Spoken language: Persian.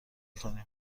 کنیم